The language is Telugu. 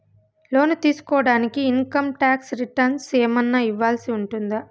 లోను తీసుకోడానికి ఇన్ కమ్ టాక్స్ రిటర్న్స్ ఏమన్నా ఇవ్వాల్సి ఉంటుందా